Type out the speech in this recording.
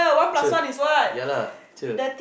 cher yeah lah cher